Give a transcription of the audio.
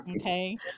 Okay